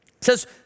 says